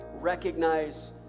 recognize